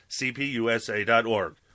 cpusa.org